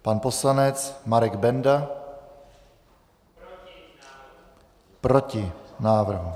Pan poslanec Marek Benda: Proti návrhu.